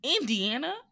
Indiana